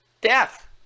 death